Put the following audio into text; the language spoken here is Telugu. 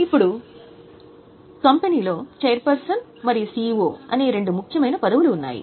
ఇప్పుడు కంపెనీ లో చైర్పర్సన్ మరియు సిఇఒ అనే 2 ముఖ్యమైన పదవులు ఉన్నాయి